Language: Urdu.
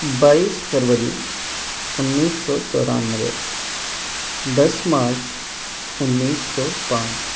بائیس فروری انیس سو چورانوے دس مارچ انیس سو پانچ